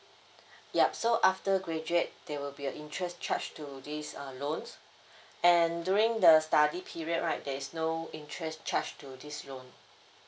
yup so after graduate there will be a interest charged to this uh loans and during the study period right there is no interest charge to this loan